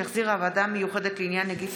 שהחזירה הוועדה המיוחדת לעניין נגיף